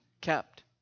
kept